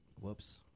Whoops